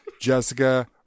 Jessica